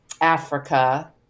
Africa